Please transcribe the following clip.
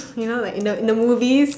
you know like in the in the movies